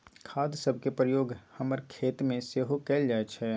खाद सभके प्रयोग हमर खेतमें सेहो कएल जाइ छइ